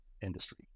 industry